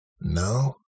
No